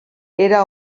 era